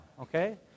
okay